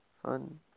Fun